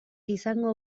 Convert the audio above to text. izango